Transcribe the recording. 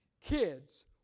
kids